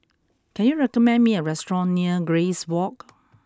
can you recommend me a restaurant near Grace Walk